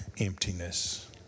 emptiness